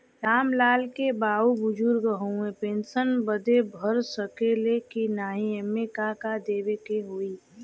राम लाल के बाऊ बुजुर्ग ह ऊ पेंशन बदे भर सके ले की नाही एमे का का देवे के होई?